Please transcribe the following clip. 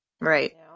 right